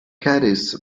caddies